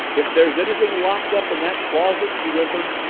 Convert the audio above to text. if there's anything locked up in that closet, she whimpered,